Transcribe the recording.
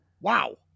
Wow